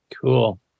Cool